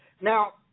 Now